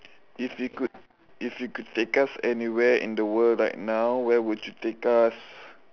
if you could if you could take us anywhere in the world right now where would you take us